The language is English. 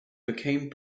become